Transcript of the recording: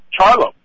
Charlo